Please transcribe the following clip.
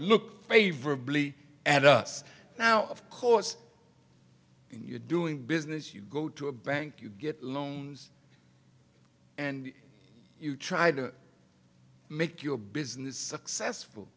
look favorably at us now of course you're doing business you go to a bank you get loans and you try to make your business successful